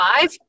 Five